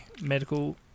medical